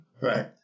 Right